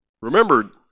Remember